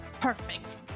Perfect